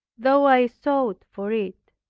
though i sought for it.